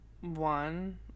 one